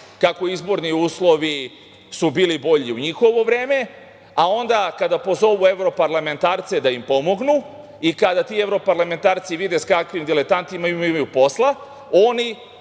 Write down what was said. kako izborni uslovi su bili bolji u njihovo vreme, a onda kada pozovu evroparlamentarce da im pomognu i kada ti evroparlamentarci vide sa kakvim diletantima imaju posla,